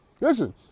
Listen